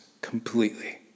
completely